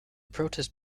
protest